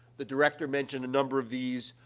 the director mentioned a number of these,